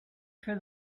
for